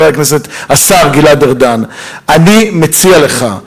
השר גלעד ארדן: אני מציע לך,